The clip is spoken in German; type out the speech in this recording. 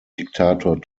diktator